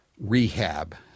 rehab